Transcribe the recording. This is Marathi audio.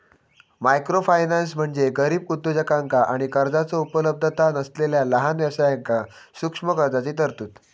मायक्रोफायनान्स म्हणजे गरीब उद्योजकांका आणि कर्जाचो उपलब्धता नसलेला लहान व्यवसायांक सूक्ष्म कर्जाची तरतूद